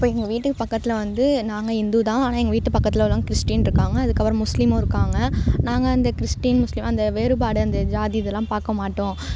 இப்போ எங்கள் வீட்டுக்கு பக்கத்தில் வந்து நாங்கள் ஹிந்து தான் ஆனால் எங்கள் வீட்டு பக்கத்தில் உள்ளவங்க கிறிஸ்டியன் இருக்காங்க அதுக்கப்புறம் முஸ்லீமும் இருக்காங்க நாங்கள் அந்த கிறிஸ்டியன் முஸ்லீம் அந்த வேறுபாடு அந்த ஜாதி இதெலாம் பார்க்க மாட்டோம்